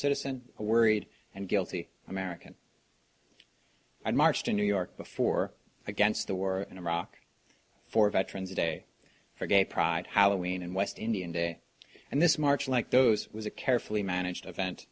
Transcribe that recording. citizen worried and guilty american i marched in new york before against the war in iraq for veterans day for gay pride how wayne and west indian day and this march like those was a carefully managed event